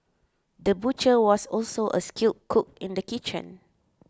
the butcher was also a skilled cook in the kitchen